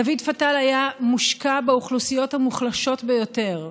דוד פתל היה מושקע באוכלוסיות החלשות ביותר: